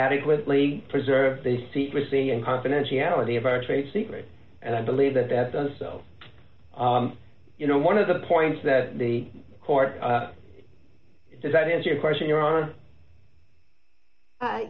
adequately preserve the secrecy and confidentiality of our trade secrets and i believe that that does so you know one of the points that the court does that is your question your hon